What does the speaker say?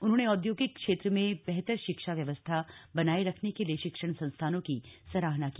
उन्होंने औद्योगिक क्षेत्र में बेहतर शिक्षा व्यवस्था बनाये रखने के लिए शिक्षण संस्थानों की सराहना की